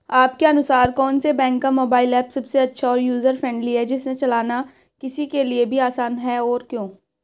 आपके अनुसार कौन से बैंक का मोबाइल ऐप सबसे अच्छा और यूजर फ्रेंडली है जिसे चलाना किसी के लिए भी आसान हो और क्यों?